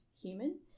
human